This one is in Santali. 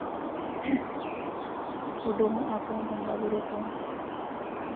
ᱩᱰᱩᱝᱚᱜᱼᱟ ᱠᱚ ᱵᱚᱸᱜᱟᱼᱵᱩᱨᱩ ᱠᱚ